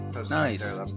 Nice